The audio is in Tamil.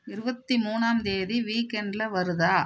இருபத்தி மூணாம் தேதி வீக்கெண்டில் வருதா